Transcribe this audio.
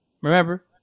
Remember